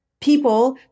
People